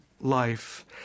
life